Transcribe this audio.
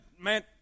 man